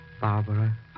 Barbara